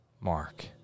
Mark